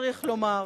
צריך לומר